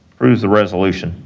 approve the resolution,